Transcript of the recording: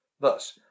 Thus